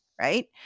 right